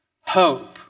hope